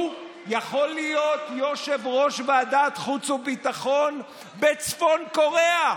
הוא יכול להיות יושב-ראש ועדת חוץ וביטחון בצפון קוריאה,